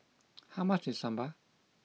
how much is Sambar